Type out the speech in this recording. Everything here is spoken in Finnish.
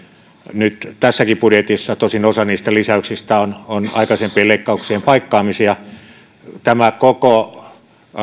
nyt tässäkin budjetissa tosin osa niistä lisäyksistä on on aikaisempien leikkauksien paikkaamisia tämä koko